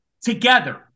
together